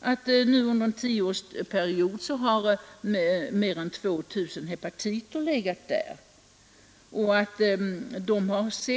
har under en tioårsperiod mer än 2 000 hepatiter vårdats.